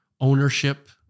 ownership